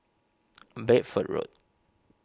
Bedford Road